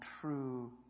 true